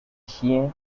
chiens